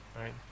right